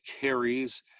carries